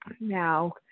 now